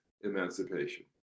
emancipation